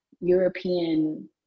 European